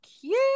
cute